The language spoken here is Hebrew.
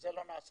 וזה לא נעשה.